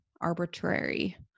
arbitrary